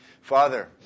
Father